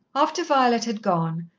after violet had gone,